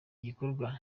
gikorwa